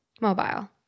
Mobile